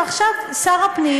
ועכשיו שר הפנים,